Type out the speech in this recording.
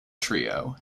trio